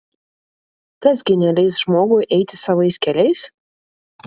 kas gi neleis žmogui eiti savais keliais